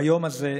ביום הזה,